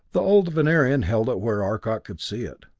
the old venerian held it where arcot could see it.